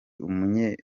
umumenyereza